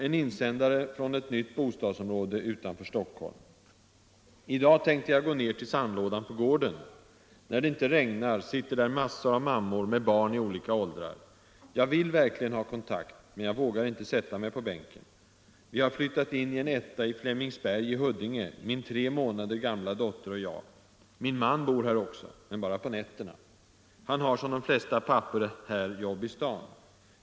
En insändare från ett nytt bostadsområde utanför Stockholm: ”Idag tänkte jag gå ner till sandlådan på gården. När det inte regnar sitter där massor av mammor med barn i olika åldrar. Jag vill verkligen ha kontakt men vågar inte sätta mig på bänken. Vi har flyttat in i en etta i Flemingsberg i Huddinge, min tre månader gamla dotter och jag. Min man bor här också, men bara på nätterna. Han har som de flesta pappor här jobb i stan.